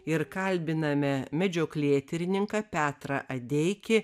ir kalbiname medžioklėtyrininką petrą adeikį